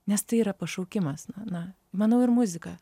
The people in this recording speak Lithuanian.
nes tai yra pašaukimas na manau ir muzika